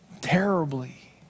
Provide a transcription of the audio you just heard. terribly